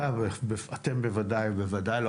אתם בוודאי ובוודאי לא.